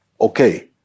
Okay